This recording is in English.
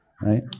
right